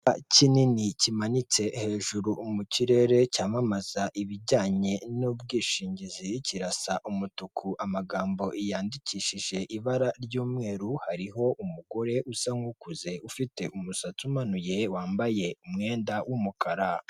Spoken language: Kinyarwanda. Nyiricyubahiro umuyobozi w'igihugu cy'u Rwanda yambaye ishati y'umweru nipantaro y'umukara mu kiganza cy'iburyo afite icyuma ndangururamajwi ndetse n'agacupa k'amazi kuru ruhande yicaye hagati y'abantu abantu benshi bamuhanze amaso.